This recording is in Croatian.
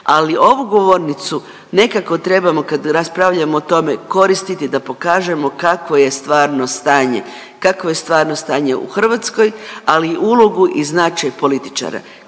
Ali ovu govornicu nekako trebamo kad raspravljamo o tome koristiti da pokažemo kakvo je stvarno stanje, kakvo je stvarno stanje u Hrvatskoj, ali i ulogu i značaj političara.